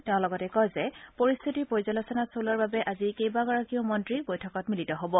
তেওঁ লগতে কয় যে পৰিশ্বিতিৰ পৰ্য্যালোচনা চলোৱাৰ বাবে আজি কেইবাগৰাকীও মন্ত্ৰী বৈঠকত মিলিত হ'ব